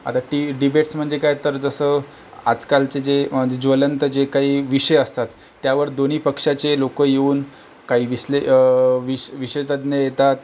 आता ते डिबेट्स म्हणजे काय तर जसं आजकालचे जे ज्वलंत जे काही विषय असतात त्यावर दोन्ही पक्षाचे लोकं येऊन काही विश्ले विष विषय तज्ज्ञ येतात